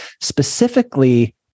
Specifically